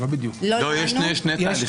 לא, יש שני תהליכים.